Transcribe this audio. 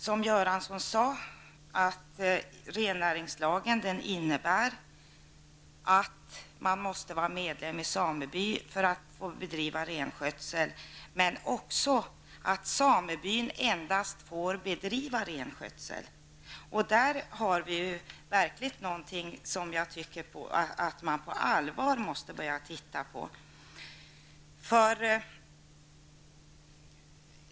Som Bengt Göransson sade måste man vara medlem i en sameby för att få bedriva renskötsel. Men det är också så att samebyn endast får bedriva renskötsel. Det är någonting som jag anser att man på allvar måste ta itu med.